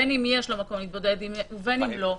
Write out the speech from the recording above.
בין אם יש לו מקום להתבודד ובין אם לא,